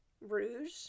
rouge